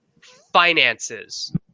finances